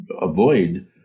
avoid